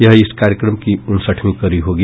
यह इस कार्यक्रम की उनसठवीं कड़ी होगी